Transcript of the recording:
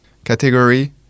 Category